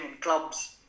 clubs